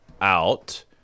out